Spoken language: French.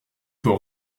faut